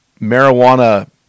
marijuana